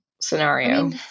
scenario